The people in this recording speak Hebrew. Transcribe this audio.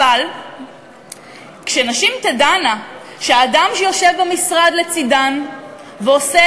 אבל כשנשים תדענה שאדם שיושב במשרד לצדן ועושה